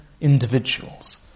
individuals